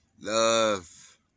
love